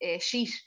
sheet